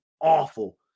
awful